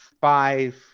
five